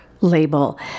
label